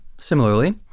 similarly